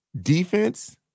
Defense